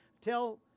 tell